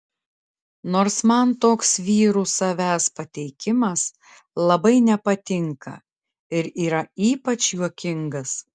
nors man toks vyrų savęs pateikimas labai nepatinka ir yra ypač juokingas